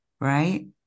right